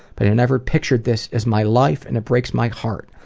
but i never pictured this as my life and it breaks my heart.